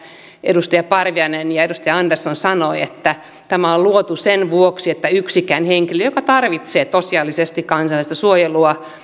edustaja parviainen ja edustaja andersson sanoivat että tämä on luotu sen vuoksi että yksikään henkilö joka tarvitsee tosiasiallisesti kansainvälistä suojelua